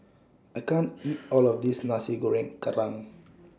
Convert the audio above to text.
I can't eat All of This Nasi Goreng Kerang